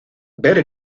ver